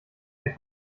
der